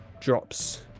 drops